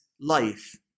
life